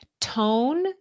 tone